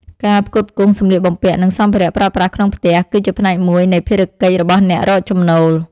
ការផ្គត់ផ្គង់សម្លៀកបំពាក់ និងសម្ភារៈប្រើប្រាស់ក្នុងផ្ទះ គឺជាផ្នែកមួយនៃភារកិច្ចរបស់អ្នករកចំណូល។